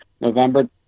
November